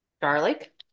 garlic